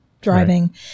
driving